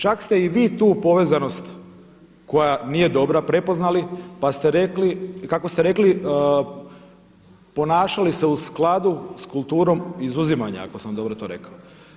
Čak ste i vi tu povezanost koja nije dobra prepoznali pa ste rekli, kako ste rekli ponašali se u skladu sa kulturom izuzimanja ako sam dobro to rekao.